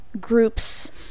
groups